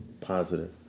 Positive